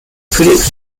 produced